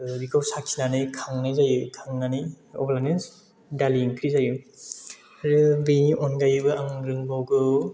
बेखौ साखिनानै खांनाय जायो खांनानै अब्लानो दालि ओंख्रि जायो आरो बेनि अनगायैबो आं रोंबावगौ